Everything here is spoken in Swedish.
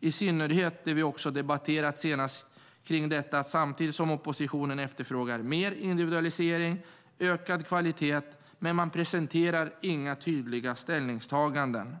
i synnerhet beträffande det som vi senast debatterade. Samtidigt som oppositionen efterfrågar mer individualisering och ökad kvalitet presenterar man inga tydliga ställningstaganden.